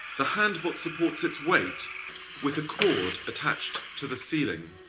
the handbot supports its weight with a cord attached to the ceiling.